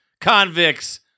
convicts